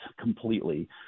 completely